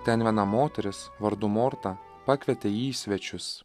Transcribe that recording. ten viena moteris vardu morta pakvietė jį į svečius